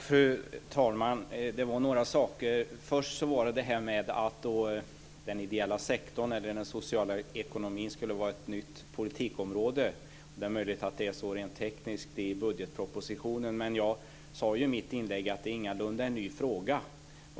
Fru talman! Några saker vill jag kommentera, först detta med att den ideella sektorn, den sociala ekonomin, skulle vara ett nytt politikområde. Det är möjligt att det rent tekniskt är så i budgetpropositionen. Dock är detta, som jag sade i mitt inlägg tidigare, ingalunda en ny fråga.